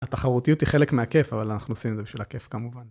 התחרותיות היא חלק מהכיף אבל אנחנו עושים את זה בשביל הכיף כמובן.